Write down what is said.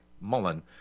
Mullen